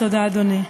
תודה, אדוני.